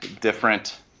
different